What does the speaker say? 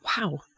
Wow